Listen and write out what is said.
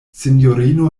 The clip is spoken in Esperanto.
sinjorino